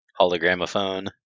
Hologramophone